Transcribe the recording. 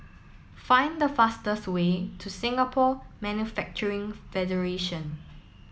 find the fastest way to Singapore Manufacturing Federation